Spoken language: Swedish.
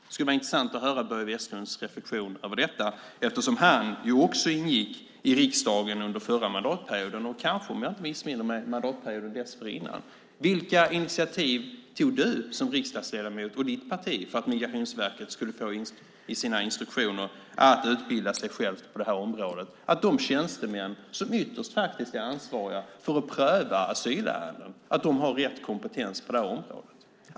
Det skulle vara intressant att höra Börje Vestlunds reflexion över detta eftersom han också ingick i riksdagen under den förra mandatperioden och också under mandatperioden dessförinnan, om jag inte missminner mig. Vilka initiativ tog Börje Vestlund som riksdagsledamot och hans parti för att det i Migrationsverkets instruktioner skulle framgå att man skulle utbilda sig självt på detta område, så att de tjänstemän som ytterst faktiskt är ansvariga för att pröva asylärenden har rätt kompetens på detta område?